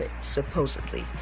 supposedly